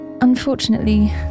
unfortunately